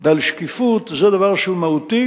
ועל שקיפות, זה דבר שהוא מהותי,